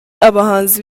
abahanzi